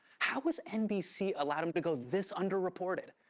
how has nbc allowed him to go this under-reported?